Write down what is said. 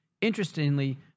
Interestingly